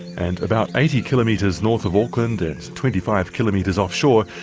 and about eighty kilometres north of auckland and twenty five kilometres off-shore,